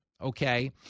okay